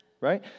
Right